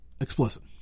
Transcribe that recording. explicit